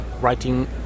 writing